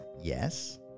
yes